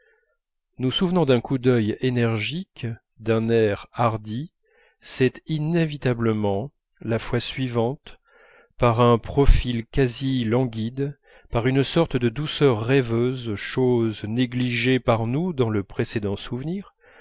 nous souvenant d'un coup d'œil énergique d'un air hardi c'est inévitablement la fois suivante par un profil quasi languide par une sorte de douceur rêveuse choses négligées par nous dans le précédent souvenir